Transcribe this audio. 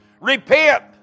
Repent